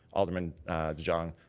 alderman demong,